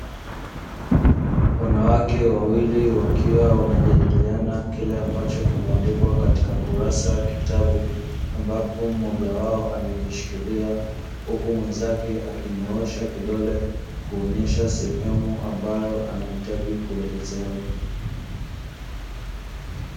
Wanawake wawili wakiwa wanajadiliana kile ambacho kimeandikwa katika kurasa ya kitabu ambapo mmoja wao amekishikilia, huku mwenzake akinyoosha kidole kuonyesha sehemu ambayo anahitaji kuelezewa.